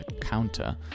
counter